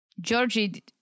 Georgie